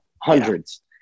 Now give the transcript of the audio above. Hundreds